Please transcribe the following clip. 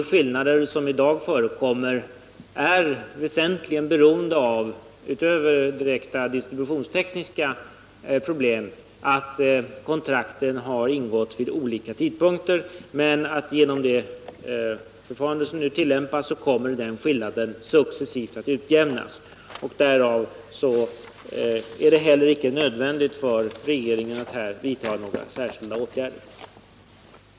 De skillnader som i dag förekommer är, utom av direkt distributionstekniska problem, väsentligen beroende av att kontrakten har ingåtts vid olika tidpunkter. Genom det förfarande som nu tillämpas kommer emellertid dessa skillnader successivt att utjämnas. Därför är det heller icke nödvändigt för regeringen att vidta några särskilda åtgärder i detta avseende.